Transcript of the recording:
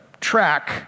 track